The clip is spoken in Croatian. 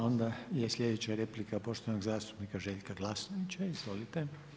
Onda je slijedeća replika poštovanog zastupnika Željka Glasnovića, izvolite.